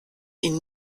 ihnen